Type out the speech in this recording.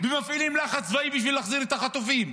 ומפעילות לחץ צבאי בשביל להחזיר את החטופים.